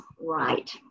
right